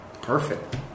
Perfect